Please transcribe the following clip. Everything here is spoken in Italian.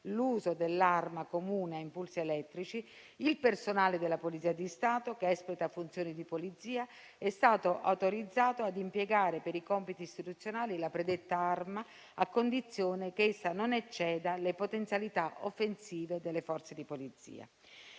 l'uso dell'arma comune a impulsi elettrici, il personale della Polizia di Stato che espleta funzioni di polizia è stato autorizzato ad impiegare per i compiti istituzionali la predetta arma a condizione che essa non ecceda le potenzialità offensive delle Forze di polizia.